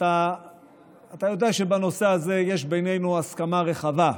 אתה יודע שבנושא הזה יש בינינו הסכמה רחבה.